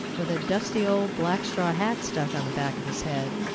with a dusty old black straw hat stuck on the back of his head,